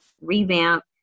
revamp